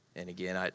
and again, ah